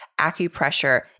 acupressure